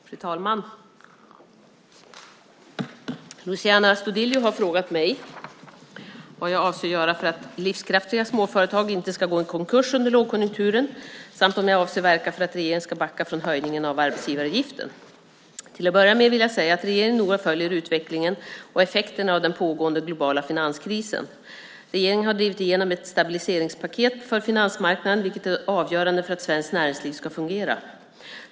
Fru talman! Luciano Astudillo har frågat mig vad jag avser att göra för att livskraftiga småföretag inte ska gå i konkurs under lågkonjunkturen samt om jag avser att verka för att regeringen ska backa från höjningen av arbetsgivaravgiften. Till att börja med vill jag säga att regeringen noga följer utvecklingen och effekterna av den pågående globala finanskrisen. Regeringen har drivit igenom ett stabiliseringspaket för finansmarknaden, vilket är avgörande för att svenskt näringsliv ska fungera.